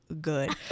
good